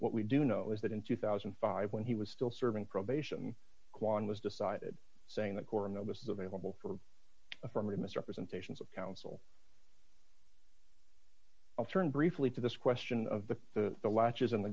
what we do know is that in two thousand and five when he was still serving probation kuan was decided saying the coroner was available for affirmative misrepresentations of counsel i'll turn briefly to this question of the the latches on the